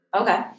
okay